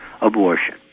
abortion